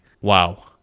wow